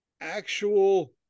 actual